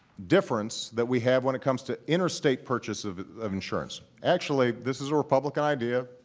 difference that we have when it comes to interstate purchase of of insurance. actually, this is a republican idea,